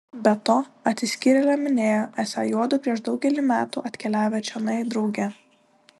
be to atsiskyrėlė minėjo esą juodu prieš daugelį metų atkeliavę čionai drauge